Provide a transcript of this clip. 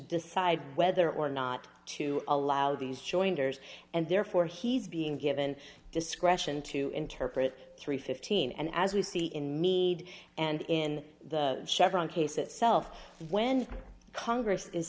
decide whether or not to allow these jointers and therefore he's being given discretion to interpret three hundred and fifteen and as we see in mead and in the chevron case itself when congress is